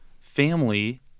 family